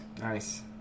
Nice